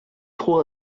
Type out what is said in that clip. trop